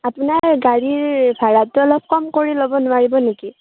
আপোনাৰ গাড়ীৰ ভাৰাটো অলপ কম কৰি ল'ব নোৱাৰিব নেকি